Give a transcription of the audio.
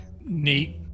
Neat